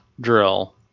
drill